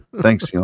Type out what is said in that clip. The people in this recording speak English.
thanks